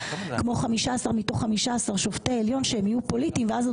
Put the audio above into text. כמו 15 מתוך 15 שופטי עליון שהם יהיו פוליטיים ואז הם